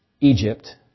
Egypt